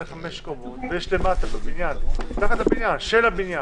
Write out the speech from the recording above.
חמש קומות ויש מתחת לבניין דשא של הבניין,